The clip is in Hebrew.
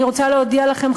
אני רוצה להודיע לכם,